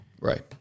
Right